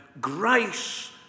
grace